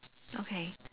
okay